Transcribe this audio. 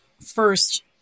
first